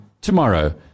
tomorrow